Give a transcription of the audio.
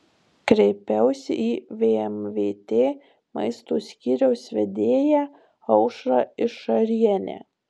kreipiausi į vmvt maisto skyriaus vedėją aušrą išarienę